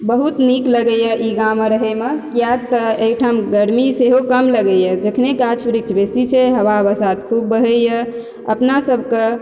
बहुत नीक लगैया ई गाममे रहैमे किएक तऽ एहिठाम गर्मी सेहो कम लगैया जखने गाछ वृक्ष बेसी छै हवा बसात खूब बहैया अपना सबके